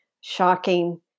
shocking